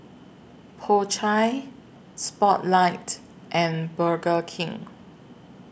Po Chai Spotlight and Burger King